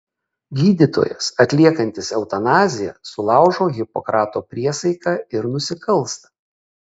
gydytojas atliekantis eutanaziją sulaužo hipokrato priesaiką ir nusikalsta